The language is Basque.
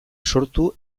sortu